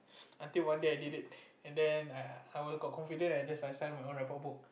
until one day I did it and then I were got confident I just signed my own report book